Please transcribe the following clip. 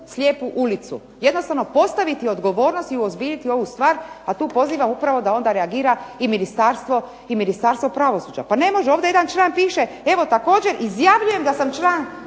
slijepu ulicu. Jednostavno postaviti odgovornost i uozbiljiti ovu stvar, a tu pozivam upravo da onda reagira i Ministarstvo pravosuđa. Pa ne može, ovdje jedan član piše evo također izjavljujem da sam član